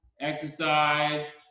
exercise